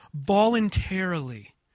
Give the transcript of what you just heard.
voluntarily